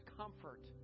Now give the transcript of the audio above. comfort